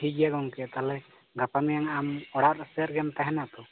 ᱴᱷᱤᱠ ᱜᱮᱭᱟ ᱛᱟᱦᱚᱞᱮ ᱜᱚᱢᱠᱮ ᱜᱟᱯᱟ ᱢᱮᱭᱟᱝ ᱚᱲᱟᱜ ᱥᱮᱱ ᱨᱮᱜᱮᱢ ᱛᱟᱦᱮᱱᱟᱛᱚ